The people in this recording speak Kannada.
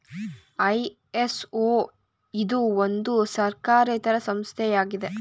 ಐ.ಎಸ್.ಒ ಇದು ಒಂದು ಸರ್ಕಾರೇತರ ಸಂಸ್ಥೆ ಆಗಿದೆ